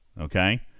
Okay